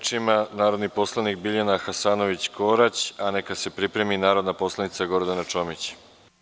Reč ima narodni poslanik Biljana Hasanović Korać, a neka se pripremi narodni poslanik Gordana Čomić.